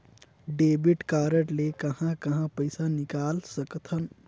Debit card ले कहां कहां पइसा निकाल सकथन?